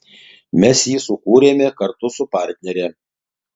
mes jį sukūrėme kartu su partnere